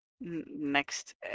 next